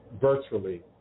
virtually